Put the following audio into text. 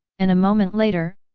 and a moment later,